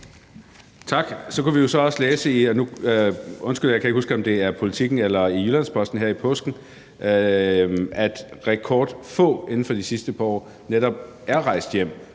Tak. Så kunne vi jo så også læse i, jeg kan ikke huske, om det var i Politiken eller i Jyllands-Posten her i påsken, at rekordfå inden for de sidste par år netop er rejst hjem,